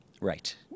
Right